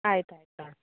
ಆಯ್ತು ಆಯ್ತು ಹಾಂ